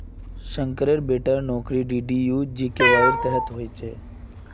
शंकरेर बेटार नौकरी डीडीयू जीकेवाईर तहत हल छेक